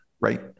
right